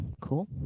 Cool